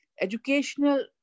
educational